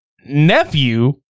nephew